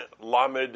Lamed